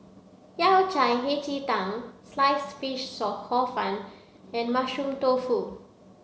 yao cai hei ji tang sliced fish so hor fun and mushroom tofu